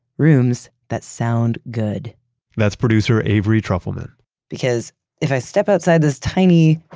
rooms that sound good that's producer avery trufelman because if i step outside this tiny,